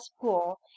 pool